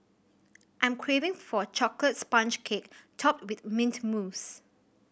I'm craving for a chocolate sponge cake topped with mint mousse